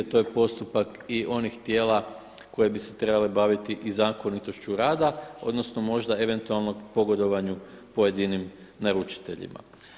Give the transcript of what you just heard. To je postupak i onih tijela koji bi se trebali baviti i zakonitošću rada odnosno možda eventualno pogodovanju pojedinim naručiteljima.